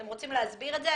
אתם רוצים להסביר את זה?